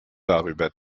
darüber